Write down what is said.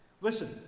Listen